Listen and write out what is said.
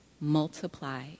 multiply